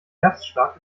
erstschlag